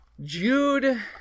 Jude